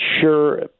sure